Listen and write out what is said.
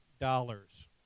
dollars